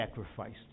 sacrificed